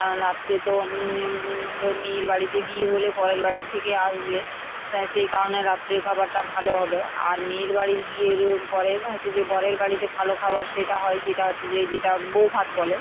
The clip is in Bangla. কারণ রাত্রে তো মেয়ের বাড়িতে বিয়ে হলে বরের বাড়ি থেকে আসবে তাই সেই কারণে রাত্রের খাবারটা ভালো হবে আর মেয়ের বাড়ির বিয়েরও পরে যে যে বরের বাড়িতে ভালো খাবার সেটা হয় যেটা হচ্ছে যে যেটা বউ ভাত বলে